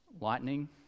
lightning